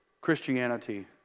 Christianity